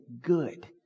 good